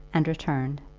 and returned.